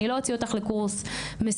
אני לא אוציא אותך לקורס מסוים,